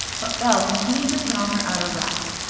but belle continued to put on her outer wraps,